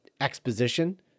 exposition